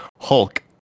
Hulk